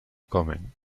comen